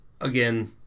again